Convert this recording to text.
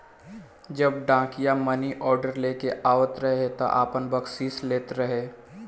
जब डाकिया मानीऑर्डर लेके आवत रहे तब आपन बकसीस लेत रहे